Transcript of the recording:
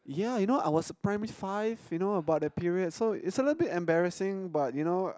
yeah you know I was primary five you know about that period so it's a little embarrassing but you know